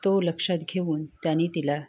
तो लक्षात घेऊन त्याने तिला